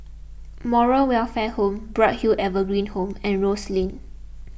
Moral Welfare Home Bright Hill Evergreen Home and Rose Lane